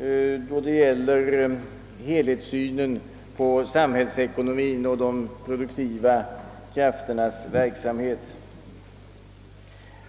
med ledning av helhetssynen på samhällsekonomien och de produktiva krafternas verksamhet.